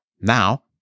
Now